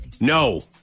No